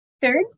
Third